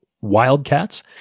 Wildcats